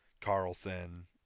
Carlson